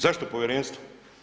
Zašto povjerenstvo?